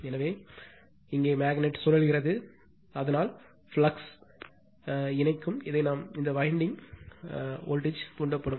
எனவே இங்கே மேக்னெட் சுழல்கிறது அதனால் ஃப்ளக்ஸ் இணைக்கும் இதை நாம் இந்த வயண்டிங் எனவே வோல்ட்டேஜ் தூண்டப்படும்